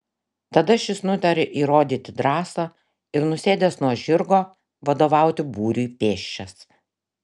tada šis nutaria įrodyti drąsą ir nusėdęs nuo žirgo vadovauti būriui pėsčias